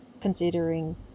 considering